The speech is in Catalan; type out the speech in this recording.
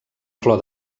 flor